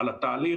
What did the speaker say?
על התהליך,